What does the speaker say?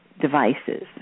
devices